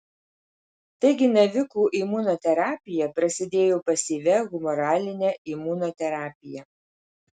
taigi navikų imunoterapija prasidėjo pasyvia humoraline imunoterapija